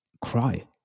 cry